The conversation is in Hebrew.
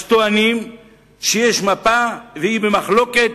אז טוענים שיש מפה ושהיא במחלוקת.